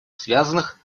связанных